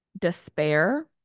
despair